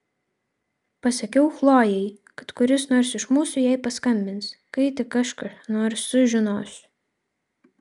pasakiau chlojei kad kuris nors iš mūsų jai paskambins kai tik aš ką nors sužinosiu